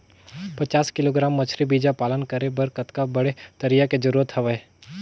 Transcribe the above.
पचास किलोग्राम मछरी बीजा पालन करे बर कतका बड़े तरिया के जरूरत हवय?